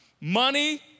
Money